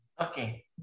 Okay